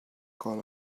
colony